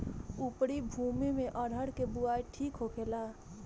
उपरी भूमी में अरहर के बुआई ठीक होखेला?